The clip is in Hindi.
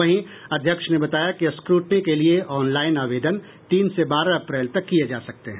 वहीं अध्यक्ष ने बताया कि स्क्रूटनी के लिये ऑनलाइन आवेदन तीन से बारह अप्रैल तक किये जा सकते हैं